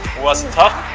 was it tough?